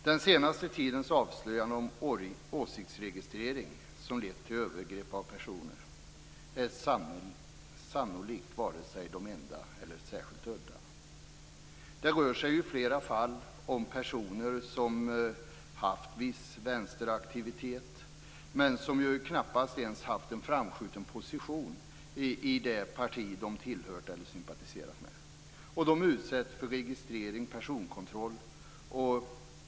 Den senaste tidens avslöjanden om åsiktsregistrering som lett till övergrepp på personer är sannolikt varken de enda eller särskilt udda. Det rör sig i flera fall om personer som haft viss vänsteraktivitet, men som knappast ens haft en framskjuten position i det parti de tillhört eller sympatiserat med. De utsätts för registrering och personkontroll.